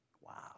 Wow